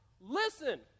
Listen